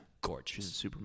gorgeous